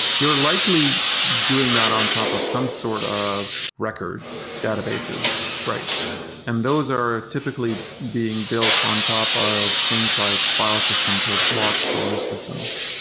you're likely doing that on top of some sort of records, databases, and those are typically being built on top of things like file systems or block store systems,